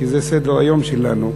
כי זה סדר-היום שלנו.